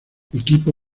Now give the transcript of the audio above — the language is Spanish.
equipo